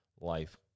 life